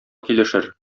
килешер